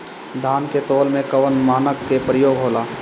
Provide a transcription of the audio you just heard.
धान के तौल में कवन मानक के प्रयोग हो ला?